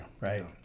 right